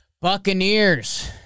Buccaneers